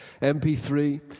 MP3